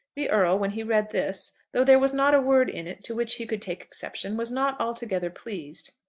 the earl, when he read this, though there was not a word in it to which he could take exception, was not altogether pleased.